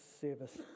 service